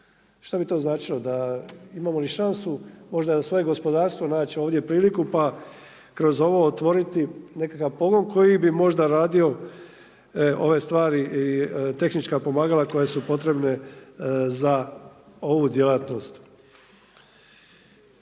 Što bi to značilo, da imao li šansu, možda svoje gospodarstvo naći ovdje priliku, pa kroz ovo otvoriti nekakav pogon, koji bi možda radio ove stvari tehnička pomagala koje su potrebne za ovu djelatnost.